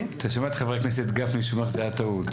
אתה שומע את חבר הכנסת גפני שהוא אומר שזה היה טעות.